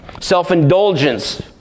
Self-indulgence